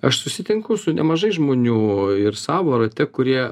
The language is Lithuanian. aš susitinku su nemažai žmonių ir savo rate kurie